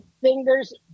fingers